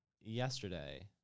yesterday